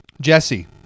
Jesse